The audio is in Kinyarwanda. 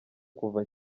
kuva